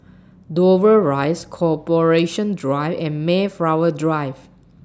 Dover Rise Corporation Drive and Mayflower Drive